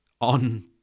on